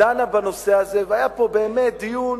דנה בנושא הזה, והיה פה באמת דיון